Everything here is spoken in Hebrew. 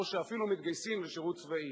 או שאפילו מתגייסים לשירות צבאי.